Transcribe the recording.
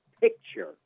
picture